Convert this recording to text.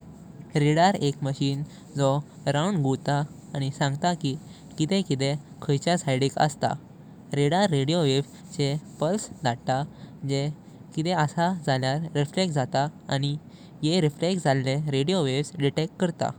Radar एक machine जो round गुवता आनी सांगता कि किदे किदे खायचा सिदीक असता। रडार रेडियो वेव्स चे पुसले धडता जे किदे असा जाल्यार रिफ्लेक्ट जात आनी येह रिफ्लेक्ट जाले रेडियो वेव डिटेक्ट करता।